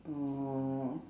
orh